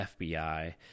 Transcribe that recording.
FBI